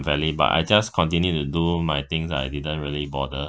unfairly but I just continue to do my things lah I didn't really bother